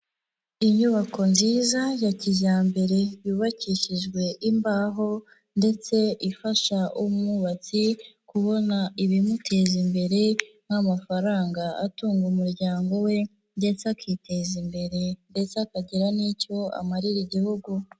Inyubako nziza ya kijyambere yubakishijwe imbaho ndetse ifasha ubwubatsi kubona ibimuteza imbere nk'amafaranga atunga umuryango we ndetse akiteza imbere ndetse akagira n'icyo amarira igihugu.